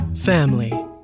family